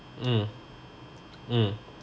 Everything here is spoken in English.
mm mm